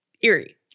eerie